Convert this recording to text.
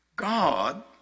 God